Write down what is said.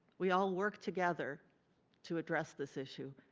we all work together to address this issue.